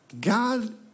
God